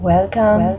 Welcome